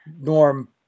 Norm